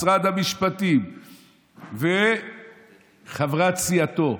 משרד המשפטים וחברת סיעתו,